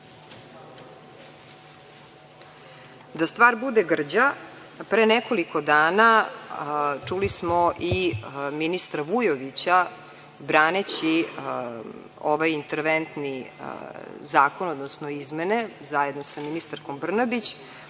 stvar bude grđa, pre nekoliko dana, a čuli smo i ministra Vujovića, braneći ovaj interventni zakon, odnosno izmene, zajedno sa ministarkom Brnabić,